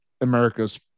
America's